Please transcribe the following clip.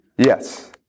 Yes